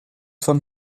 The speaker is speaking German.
von